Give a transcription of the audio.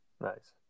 Nice